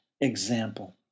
example